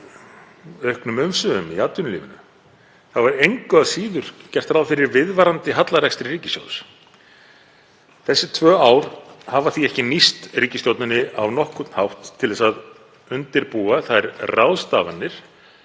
auknum umsvifum í atvinnulífinu er engu að síður gert ráð fyrir viðvarandi hallarekstri ríkissjóðs. Þessi tvö ár hafa því ekki nýst ríkisstjórninni á nokkurn hátt til að undirbúa þær ráðstafanir